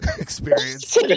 experience